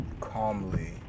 calmly